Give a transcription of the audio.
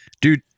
dude